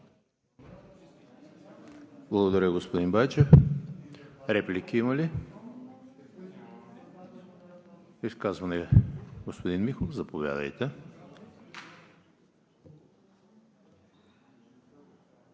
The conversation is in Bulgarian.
Благодаря Ви, господин Байчев. Реплики има ли? Изказване – господин Михов, заповядайте.